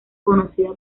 conocida